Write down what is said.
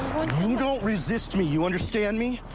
you don't resist me. you understand me?